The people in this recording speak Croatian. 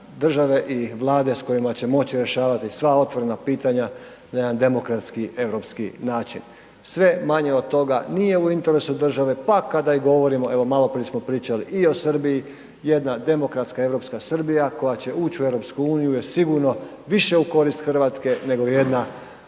države i Vlade s kojima će moći rješavati sva otvorena pitanja na jedan demokratski, europski način. Sve manje od toga nije u interesu države, pa kada i govorimo, evo maloprije smo pričali i o Srbiji, jedna demokratska, europska Srbija koja će uć u EU je sigurno više u korist RH nego jedna